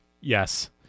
Yes